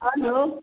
hello